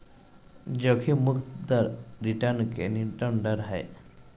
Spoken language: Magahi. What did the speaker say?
जोखिम मुक्त दर रिटर्न के न्यूनतम दर हइ